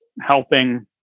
helping